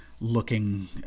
looking